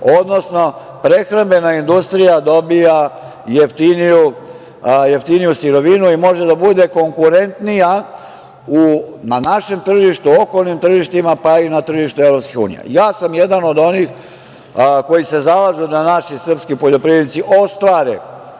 odnosno, prehrambena industrija dobija jeftinu sirovinu i može da bude konkurentnija na našem tržištu, okolnim tržištima, pa i na tržištu EU. Jedan sam od onih koji se zalažu da naši srpski poljoprivrednici ostvare